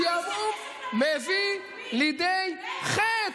אדוני השר, שעמום מביא לידי חטא.